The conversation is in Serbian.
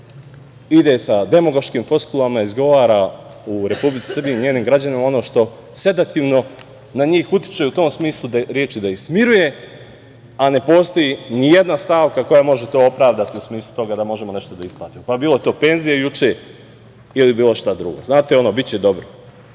ide sa demagoškim floskulama, izgovara u Republici Srbiji, njenim građanima ono što sedativno utiče, u tom smislu reči da ih smiruje, a ne postoji ni jedna stavka koja može to opravdati, u smislu toga da možemo nešto da isplatimo, bilo to penzija juče ili bilo šta drugo. Znate ono – biće dobro. Biće